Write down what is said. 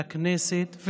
לכנסת,